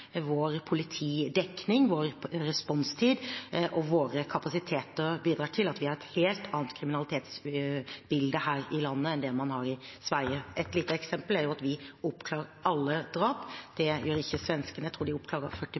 vår politiutdanning, vår politidekning, vår responstid og våre kapasiteter bidrar til at vi har et helt annet kriminalitetsbilde her i landet enn det man har i Sverige. Et lite eksempel er at vi oppklarer alle drap, det gjør ikke svenskene. Jeg tror de oppklarer 40